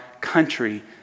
country